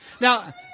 Now